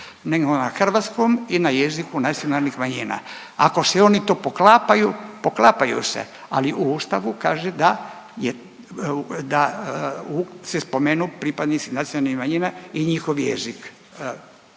nego na hrvatskom i na jeziku nacionalnih manjina, ako se oni to poklapaju, poklapaju se ali u Ustavu kaže da je, da se spomenu pripadnici nacionalnih manjina i njihov jezik